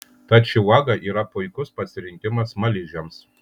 tad ši uoga yra puikus pasirinkimas smaližiams